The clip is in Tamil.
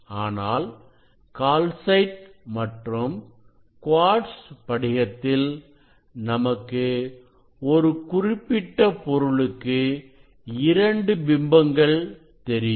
ஆனால் கால்சைட் மற்றும் குவாட்ஸ் படிகத்தில் நமக்கு ஒரு குறிப்பிட்ட பொருளுக்கு இரண்டு பிம்பங்கள் தெரியும்